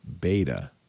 beta